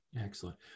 Excellent